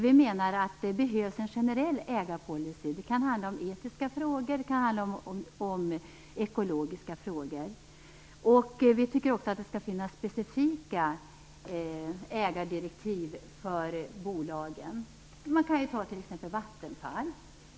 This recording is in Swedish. Vi menar att det behövs en generell ägarpolicy. Det kan handla om etiska frågor och om ekologiska frågor. Vi tycker också att det skall finnas specifika ägardirektiv för bolagen. Jag kan ta Vattenfall som exempel.